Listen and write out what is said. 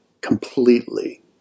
completely